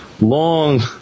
long